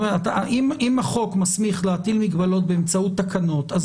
אם החוק מסמיך להטיל מגבלות באמצעות תקנות אז